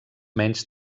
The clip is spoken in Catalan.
menys